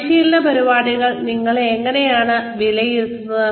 പരിശീലന പരിപാടികൾ നിങ്ങൾ എങ്ങനെയാണ് വിലയിരുത്തുന്നത്